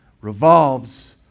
revolves